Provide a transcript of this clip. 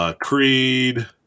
Creed